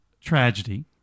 tragedy